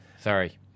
Sorry